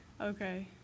Okay